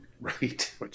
Right